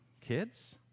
kids